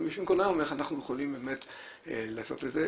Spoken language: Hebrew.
אנחנו שואלים כולנו איך אנחנו יכולים באמת לעשות את זה.